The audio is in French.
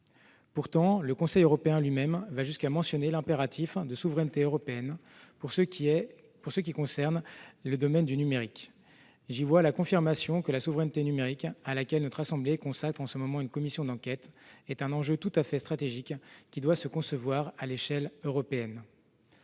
Pourtant, le Conseil européen lui-même va jusqu'à mentionner l'impératif de souveraineté européenne dans le domaine du numérique. J'y vois la confirmation que la souveraineté numérique, à laquelle notre assemblée consacre en ce moment une commission d'enquête, est un enjeu tout à fait stratégique, qui doit se concevoir à l'échelle européenne.